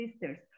sisters